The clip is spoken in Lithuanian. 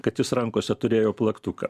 kad jis rankose turėjo plaktuką